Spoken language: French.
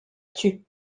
tue